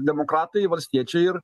demokratai valstiečiai ir